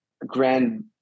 grand